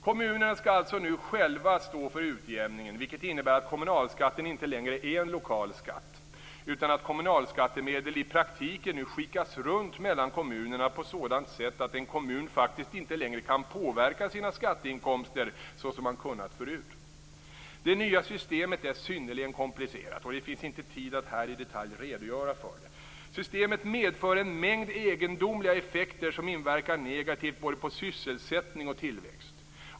Kommunerna skall alltså nu själva stå för utjämningen, vilket innebär att kommunalskatten inte längre är en lokal skatt, utan att kommunalskattemedel i praktiken nu skickas runt mellan kommunerna på sådant sätt att en kommun faktiskt inte längre kan påverka sina skatteinkomster såsom man kunnat förut. Det nya systemet är synnerligen komplicerat, och det finns inte tid att här i detalj redogöra för det. Systemet medför en mängd egendomliga effekter som inverkar negativt på både sysselsättning och tillväxt.